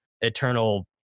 eternal